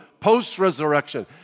post-resurrection